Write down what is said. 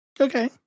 Okay